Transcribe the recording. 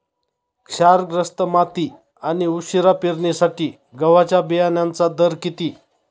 क्षारग्रस्त माती आणि उशिरा पेरणीसाठी गव्हाच्या बियाण्यांचा दर किती?